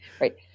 right